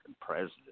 president